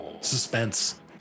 Suspense